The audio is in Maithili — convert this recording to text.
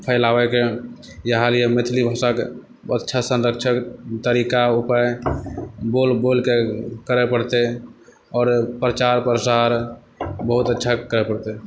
फैलावैके इएह हाल यऽ मैथिली भाषाके अच्छा संरक्षण तरीका उपाय बोल बोलकै करै पड़तै आओर प्रचार प्रसार बहुत अच्छा करै पड़तै